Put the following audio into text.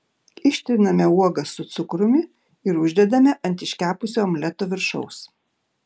ištriname uogas su cukrumi ir uždedame ant iškepusio omleto viršaus